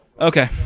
Okay